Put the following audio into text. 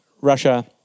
Russia